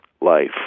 life